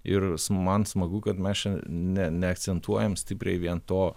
ir man smagu kad mes čia ne neakcentuojam stipriai vien to